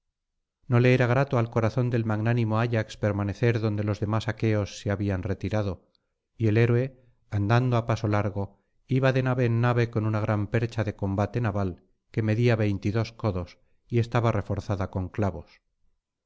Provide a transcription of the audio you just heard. no le era grato al corazón del magnánimo ayax permanecer donde los demás aqueos se habían retirado y el héroe andando á paso largo iba de nave en nave con una gran percha de combate naval que medía veintidós codos y estaba reforzada con clavos